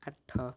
ଆଠ